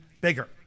bigger